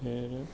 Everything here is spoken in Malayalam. ഏഴ്